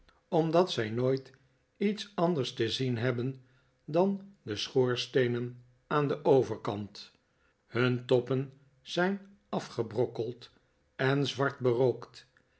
omdat zij nooit iets anders te zien hebben dan de schoorsteenen aan den overkant hun toppen zijn afgebrokkeld en zwart berookt